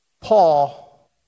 Paul